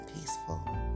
peaceful